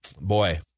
boy